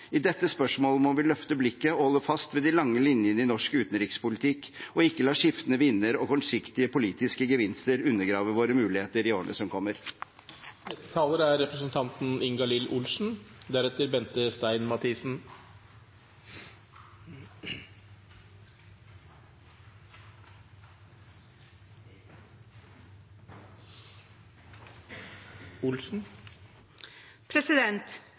I dette spørsmålet må vi løfte blikket og holde fast ved de lange linjene i norsk utenrikspolitikk og ikke la skiftende vinder og kortsiktige politiske gevinster undergrave våre muligheter i årene som kommer.